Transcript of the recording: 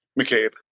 McCabe